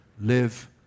Live